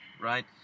right